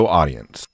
audience